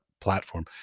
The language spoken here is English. platform